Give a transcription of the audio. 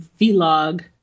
vlog